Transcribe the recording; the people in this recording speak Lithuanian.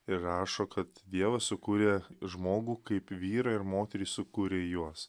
ir rašo kad dievas sukūrė žmogų kaip vyrą ir moterį sukūrė juos